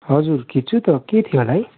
हजुर खिच्छु त के थियो होला है